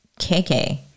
KK